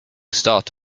start